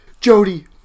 Jody